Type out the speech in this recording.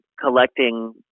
collecting